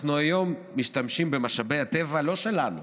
אנחנו היום משתמשים במשאבי טבע לא שלנו